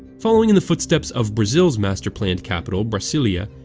following in the footsteps of brazil's master-planned capital, brasilia,